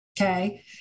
Okay